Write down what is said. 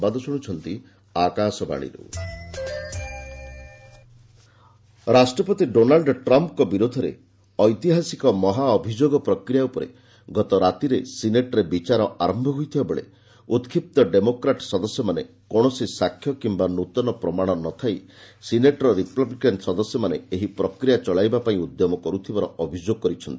US impeachment ରାଷ୍ଟ୍ରପତି Donald ଟ୍ରମ୍ଙ୍କ ବିରୋଧରେ ଐତିହାସିକ ମହାଭିଯୋଗ ପ୍ରକ୍ରିୟା ଉପରେ ଗତରାତିରେ ସିନେଟ୍ରେ ବିଚାର ଆରମ୍ଭ ହୋଇଥିବାବେଳେ ଉତ୍ଷିପ୍ତ ଡେମୋକ୍ରାଟ୍ ସଦସ୍ୟମାନେ କୌଣସି ସାକ୍ଷ୍ୟ କିୟା ନୃତନ ପ୍ରମାଣ ନ ଥାଇ ସିନେଟ୍ର ରିପବ୍ଲିକାନ୍ ସଦସ୍ୟମାନେ ଏହି ପ୍ରକ୍ରିୟା ଚଳାଇବାପାଇଁ ଉଦ୍ୟମ କରୁଥିବାର ଅଭିଯୋଗ କରିଛନ୍ତି